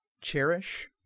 Cherish